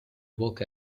walk